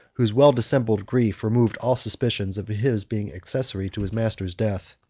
whose well-dissembled grief removed all suspicion of his being accessary to his master's death.